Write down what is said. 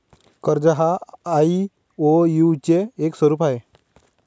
कर्ज हा आई.ओ.यु चे एक स्वरूप आहे